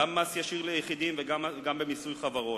גם מס ישיר ליחידים וגם במיסוי חברות,